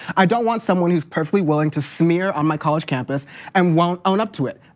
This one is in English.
i don't want someone who's perfectly willing to smear on my college campus and won't own up to it,